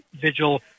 vigil